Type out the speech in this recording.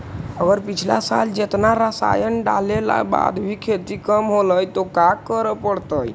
अगर पिछला साल जेतना रासायन डालेला बाद भी खेती कम होलइ तो का करे पड़तई?